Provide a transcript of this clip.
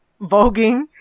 voguing